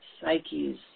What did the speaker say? psyches